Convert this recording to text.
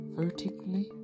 vertically